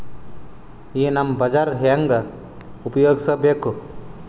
ಈ ನಮ್ ಬಜಾರ ಹೆಂಗ ಉಪಯೋಗಿಸಬೇಕು?